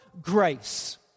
grace